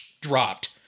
dropped